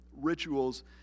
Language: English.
rituals